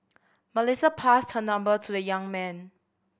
Melissa passed her number to the young man